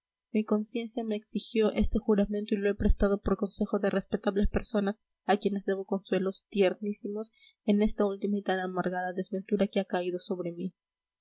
mi conciencia me exigió este juramento y lo he prestado por consejo de respetables personas a quienes debo consuelos tiernísimos en esta última y tan amarga desventura que ha caído sobre mí